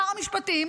שר המשפטים,